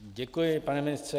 Děkuji, pane ministře.